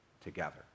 together